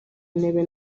ntebe